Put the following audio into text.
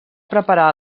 preparar